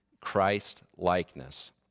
Christ-likeness